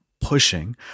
pushing